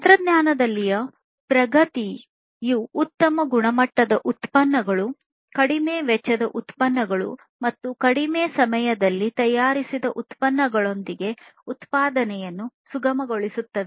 ತಂತ್ರಜ್ಞಾನದಲ್ಲಿನ ಪ್ರಗತಿಯು ಉತ್ತಮ ಗುಣಮಟ್ಟದ ಉತ್ಪನ್ನಗಳು ಕಡಿಮೆ ವೆಚ್ಚದ ಉತ್ಪನ್ನಗಳು ಮತ್ತು ಕಡಿಮೆ ಸಮಯದಲ್ಲಿ ತಯಾರಿಸುವ ಉತ್ಪನ್ನಗಳೊಂದಿಗೆ ಉತ್ಪಾದನೆಯನ್ನು ಸುಗಮಗೊಳಿಸುತ್ತದೆ